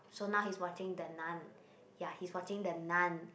so now he is watching the Nun ya he is watching the Nun